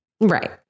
Right